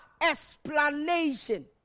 explanation